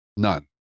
None